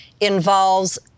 involves